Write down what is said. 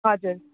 हजुर